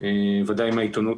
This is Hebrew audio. ודאי מהעיתונות,